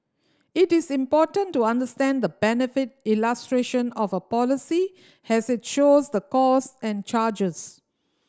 it is important to understand the benefit illustration of a policy has it shows the costs and charges